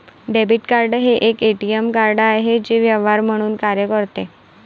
debit card हे एक ATM card आहे जे व्यवहार म्हणून कार्य करते